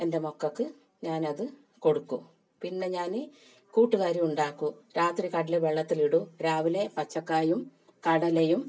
എൻ്റെ മക്കൾക്ക് ഞാൻ അത് കൊടുക്കും പിന്നെ ഞാൻ കൂട്ടുകറി ഉണ്ടാക്കും രാത്രി കടല വെള്ളത്തിലിടും രാവിലെ പച്ചക്കായും കടലയും